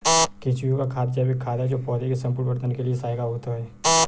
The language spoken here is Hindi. केंचुए का खाद जैविक खाद है जो पौधे के संपूर्ण वर्धन के लिए सहायक होता है